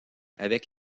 avec